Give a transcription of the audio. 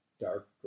dark